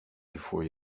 before